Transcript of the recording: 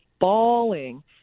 bawling